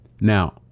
Now